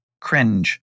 cringe